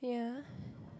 yeah